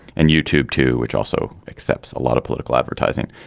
and youtube too which also accepts a lot of political advertising.